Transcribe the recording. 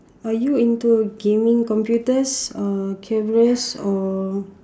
are you into gaming computers or cameras or